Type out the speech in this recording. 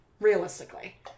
realistically